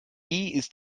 ist